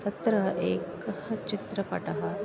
तत्र एकः चित्रपटः